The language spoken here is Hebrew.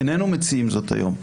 איננו מציעים זאת היום.